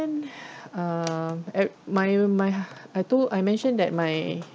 um ever~ my my I told I mentioned that my